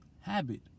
habit